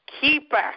keeper